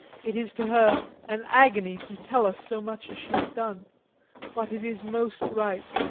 it is to her an agony to tell us so much as she has done but it is most right,